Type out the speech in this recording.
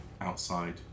outside